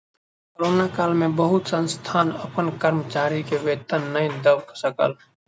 corona काल में बहुत संस्थान अपन कर्मचारी के वेतन नै दय सकल